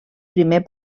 primer